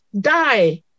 die